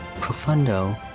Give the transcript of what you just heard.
Profundo